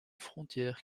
frontières